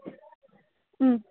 ওম